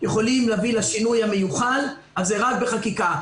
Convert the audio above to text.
יכולים להביא לשינוי המיוחל, אבל רק בחקיקה.